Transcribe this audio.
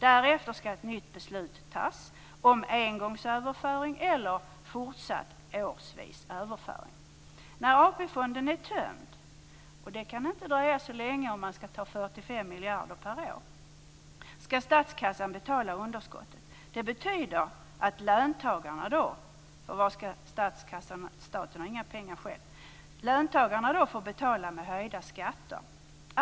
Därefter skall ett nytt beslut tas om engångsöverföring eller fortsatt årsvis överföring. När AP-fonden är tömd - och det kan inte dröja så länge, om man skall ta 45 miljarder per år - skall statskassan betala underskottet. Det betyder att löntagarna - staten själv har inga pengar - då får betala med höjda skatter.